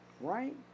Right